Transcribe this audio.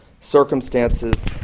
circumstances